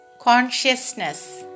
consciousness